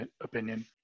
opinion